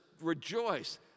rejoice